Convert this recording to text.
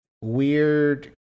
weird